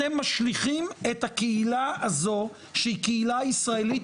אתם משליכים את הקהילה הזו שהיא קהילה ישראלית,